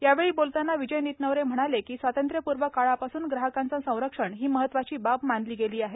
यावेळी बोलताना विजय नितनवरे म्हणाले की स्वातंत्र्यपूर्व काळापासून ग्राहकांचे संरक्षण ही महत्वाची बाब मानली गेली आहे